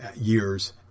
years